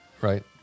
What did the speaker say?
Right